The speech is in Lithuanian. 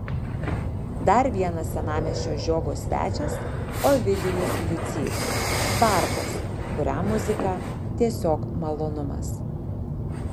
dar vienas senamiesčio žiogo svečias ovidijus jucys bardas kuriam muzika tiesiog malonumas